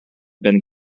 been